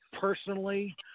personally